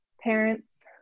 parents